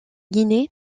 guinée